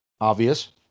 obvious